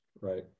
Right